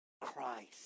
Christ